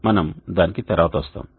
మనము దానికి తరువాత వస్తాము